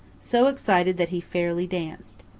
so excited that he fairly danced.